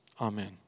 amen